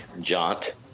jaunt